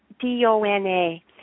D-O-N-A